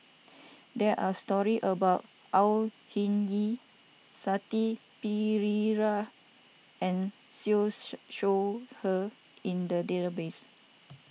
there are stories about Au Hing Yee Shanti Pereira and Siew Shaw Her in the database